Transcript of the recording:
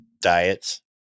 diets